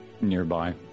nearby